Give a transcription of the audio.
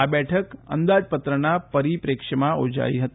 આ બેઠક અંદાજપત્રના પરિપ્રેક્ષ્યમાં યોજાઈ હતી